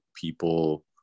people